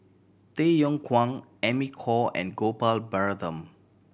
Tay Yong Kwang Amy Khor and Gopal Baratham